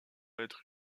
être